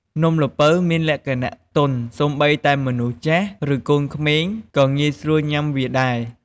នំល្ពៅមានលក្ខណៈទន់ សូម្បីតែមនុស្សចាស់ ឬ កូនក្មេងក៏ងាយស្រួលញុំាវាដែរ។